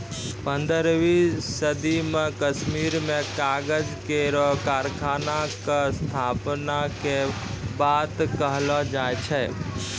पन्द्रहवीं सदी म कश्मीर में कागज केरो कारखाना क स्थापना के बात कहलो जाय छै